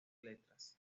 letras